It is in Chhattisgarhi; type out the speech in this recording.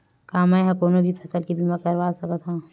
का मै ह कोनो भी फसल के बीमा करवा सकत हव?